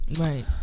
right